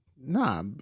Nah